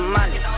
Money